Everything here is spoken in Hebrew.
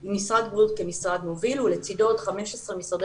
עם משרד הבריאות כמשרד מוביל ולצידו עוד 15 משרדי